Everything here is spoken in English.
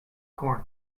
corn